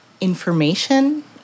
information